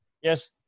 Yes